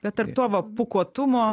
bet tarp to va pūkuotumo